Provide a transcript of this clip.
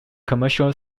commercial